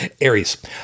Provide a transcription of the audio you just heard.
Aries